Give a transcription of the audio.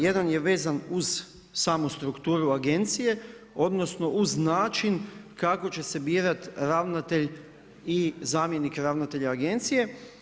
Jedan je vezan uz samu strukturu agencije, odnosno uz način kako će se birat ravnatelj i zamjenik ravnatelja agencije.